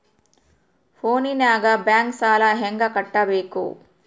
ಫೋನಿನಾಗ ಬ್ಯಾಂಕ್ ಸಾಲ ಹೆಂಗ ಕಟ್ಟಬೇಕು?